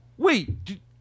wait